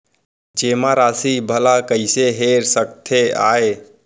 जेमा राशि भला कइसे हेर सकते आय?